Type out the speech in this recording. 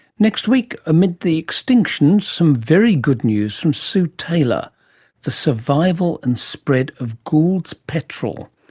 next week, amid the extinctions, some very good news from sue taylor the survival and spread of gould's petrel.